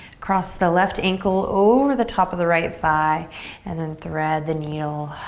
cross the left ankle over the top of the right thigh and then thread the needle,